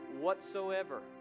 whatsoever